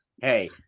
Hey